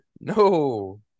No